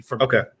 Okay